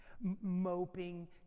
moping